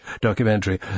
documentary